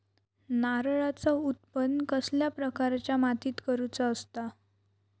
नारळाचा उत्त्पन कसल्या प्रकारच्या मातीत करूचा असता?